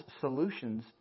solutions